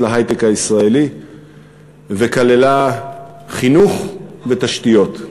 להיי-טק הישראלי וכללה חינוך ותשתיות.